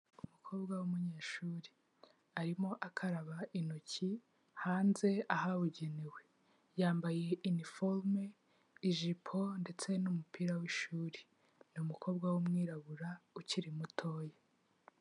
Umukobwa w'umunyeshuri arimo akaba intoki hanze ahabugenewe, yambaye iniforume ijipo ndetse n'umupira w'ishuri, ni umukobwa w'umwirabura ukiri mutoya.